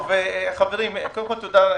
קודם כול, תודה,